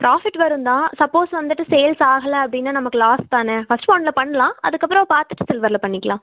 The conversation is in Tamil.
ப்ராஃபிட் வரும் தான் சப்போஸ் வந்துட்டு சேல்ஸ் ஆகலை அப்படினா நமக்கு லாஸ் தானே ஃபர்ஸ்ட் ஒன்னில் பண்ணலாம் அதுக்கப்புறம் பார்த்துட்டு சில்வரில் பண்ணிக்கலாம்